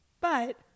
but-